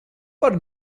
par